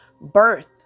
birth